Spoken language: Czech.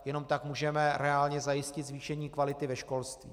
Jenom tak můžeme reálně zajistit zvýšení kvality ve školství.